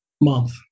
month